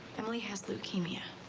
emily has leukemia.